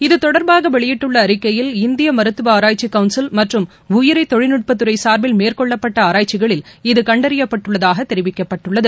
இது தொடர்பாக வெளியிட்டுள்ள அறிக்கையில் இந்திய மருத்துவ ஆராய்ச்சி கவுன்சில் மற்றும் உயிரி தொழில்நுட்பத் துறை சார்பில் மேற்கொள்ளப்பட்ட ஆராய்ச்சிகளில் இது கண்டறியப் பட்டுள்ளதாக தெரிவிக்கப் பட்டுள்ளது